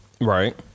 right